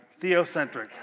Theocentric